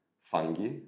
fungi